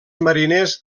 mariners